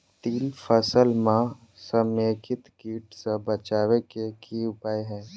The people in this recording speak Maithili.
तिल फसल म समेकित कीट सँ बचाबै केँ की उपाय हय?